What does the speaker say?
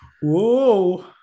whoa